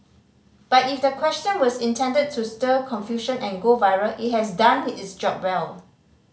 but if the question was intended to stir confusion and go viral it has done its job well